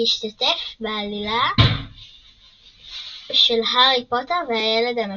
שהשתתף בעלילה של הארי פוטר והילד המקולל.